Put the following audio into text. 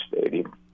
Stadium